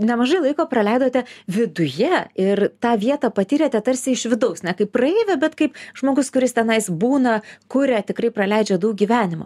nemažai laiko praleidote viduje ir tą vietą patyrėte tarsi iš vidaus ne kaip praeivė bet kaip žmogus kuris tenais būna kuria tikrai praleidžia daug gyvenimo